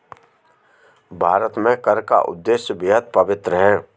भारत में कर का उद्देश्य बेहद पवित्र है